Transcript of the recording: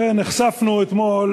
נחשפנו אתמול